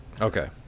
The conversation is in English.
Okay